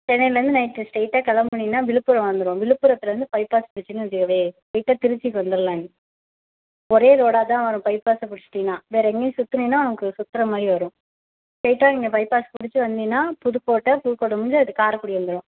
சென்னைலர்ந்து night ஸ்ட்ரெய்ட்டாக கிளம்புனீன்னா விழுப்புரம் வந்துரும் விழுப்புரத்துலர்ந்து பைபாஸ் பிடிச்சினு வச்சிக்கவே ஸ்ட்ரெய்ட்டாக திருச்சிக்கு வந்துரலாம் நீ ஒரே ரோடாக தான் வரும் பைபாஸ் பிடிச்சிட்டினா வேறு எங்கேயும் சுற்றுனீன்னா உனக்கு சுற்றுற மாதிரி வரும் ஸ்ட்ரெய்ட்டாக இங்கே பைபாஸ் பிடிச்சி வந்தின்னா புதுக்கோட்டை புதுக்கோட்டை முடிஞ்சு அடுத்து காரைக்குடி வந்துரும்